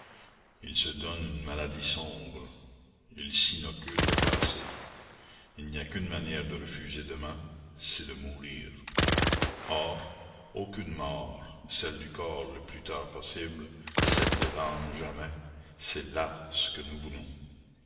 ils se donnent une maladie sombre ils s'inoculent le passé il n'y a qu'une manière de refuser demain c'est de mourir or aucune mort celle du corps le plus tard possible celle de l'âme jamais c'est là ce que nous voulons